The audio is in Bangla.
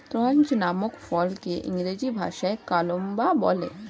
ক্রাঞ্চ নামক ফলকে ইংরেজি ভাষায় কারাম্বলা বলে